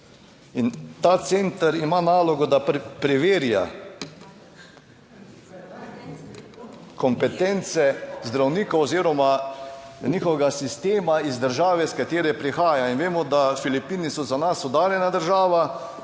in ta center ima nalogo, da preverja kompetence zdravnikov oziroma njihovega sistema iz države, iz katere prihaja. In vemo, da Filipini so za nas oddaljena država,